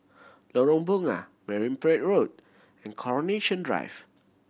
Lorong Bunga Marine Parade Road and Coronation Drive